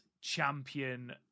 Champion